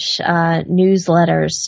newsletters